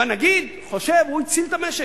והנגיד חושב שהוא הציל את המשק.